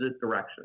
direction